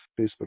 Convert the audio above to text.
Facebook